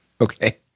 Okay